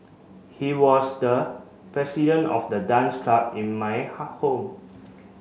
he was the president of the dance club in my home